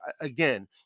again